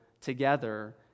together